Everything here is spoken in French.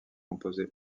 composée